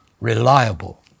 reliable